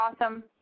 awesome